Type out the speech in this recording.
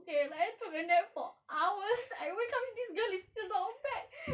okay I took a nap for hours I wake up this girl is still not back